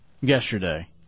yesterday